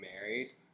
married